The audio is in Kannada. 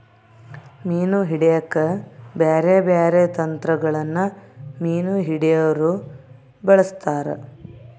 ಮೀನು ಹಿಡೆಕ ಬ್ಯಾರೆ ಬ್ಯಾರೆ ತಂತ್ರಗಳನ್ನ ಮೀನು ಹಿಡೊರು ಬಳಸ್ತಾರ